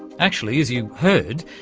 actually, as you heard,